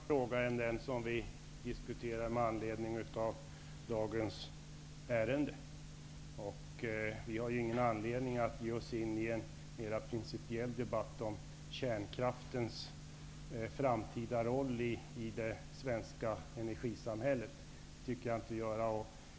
Herr talman! Det är en helt annan fråga än den som vi diskuterar med anledning av dagens ärende. Det finns ingen anledning för oss att ge oss in i en mera principiell debatt om kärnkraftens framtida roll i det svenska energisamhället. Det tänker jag heller inte göra.